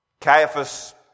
Caiaphas